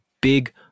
big